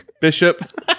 Bishop